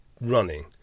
running